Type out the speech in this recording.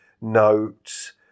notes